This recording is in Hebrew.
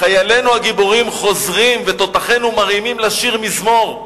חיילינו הגיבורים חוזרים ותותחינו מרעימים לה שיר מזמור,